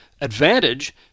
Advantage